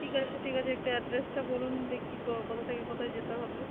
ঠিক আছে ঠিক আছে একটু অ্যাড্রেসটা বলুন দেখি তো কোথা থেকে কোথায় যেতে হবে